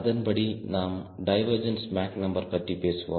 அதன்படி நாம் divergence Mach number பற்றி பேசுவோம்